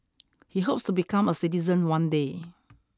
he hopes to become a citizen one day